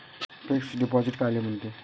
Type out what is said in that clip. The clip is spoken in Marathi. फिक्स डिपॉझिट कायले म्हनते?